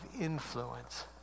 influence